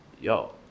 yo